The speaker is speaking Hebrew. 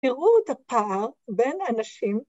‫תראו את הפער בין האנשים.